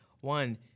one